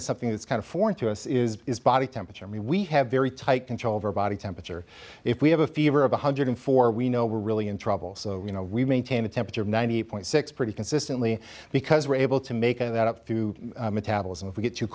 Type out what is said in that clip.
is something that's kind of foreign to us is body temperature i mean we have very tight control of our body temperature if we have a fever of one hundred four we know we're really in trouble so you know we maintain a temperature of ninety point six pretty consistently because we're able to make of that up to metabolism if we get too